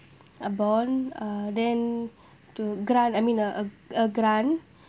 a bond uh then to grant I mean a a grant